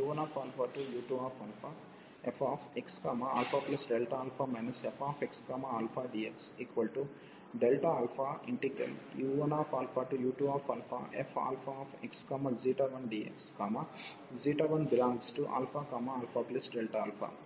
u1u2fxα fxαdxu1u2fx1dx 1ααΔα